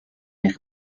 eich